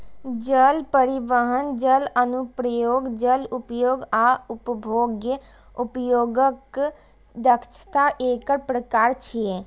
जल परिवहन, जल अनुप्रयोग, जल उपयोग आ उपभोग्य उपयोगक दक्षता एकर प्रकार छियै